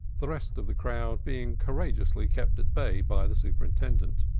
the rest of the crowd being courageously kept at bay by the superintendent.